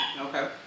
Okay